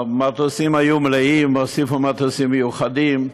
המטוסים היו מלאים, הוסיפו מטוסים מיוחדים.